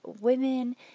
women